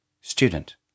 Student